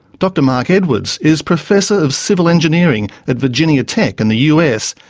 dr marc edwards is professor of civil engineering at virginia tech in the us,